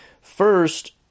First